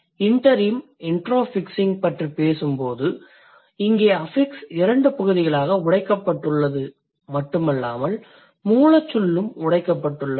interim இண்ட்ரொஃபிக்ஸிங் பற்றி பேசும்போது இங்கே அஃபிக்ஸ் இரண்டு பகுதிகளாக உடைக்கப்பட்டுள்ளது மட்டுமல்லாமல் மூலச்சொல்லும் உடைக்கப்பட்டுள்ளது